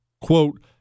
quote